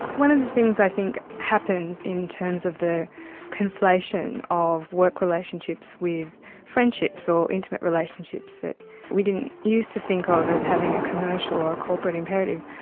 one of the things i think happens in terms of the conflation of work relationships with friendships or intimate relationships that we didn't used to think ah of as having a commercial or a corporate imperative,